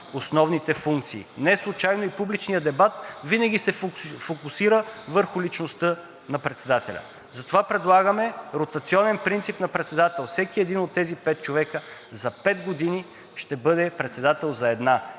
основните функции. Неслучайно и публичният дебат винаги се фокусира върху личността на председателя. Затова предлагаме ротационен принцип на председател – всеки един от тези пет човека за пет години ще бъде председател за една.